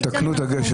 תתקנו את הגשר.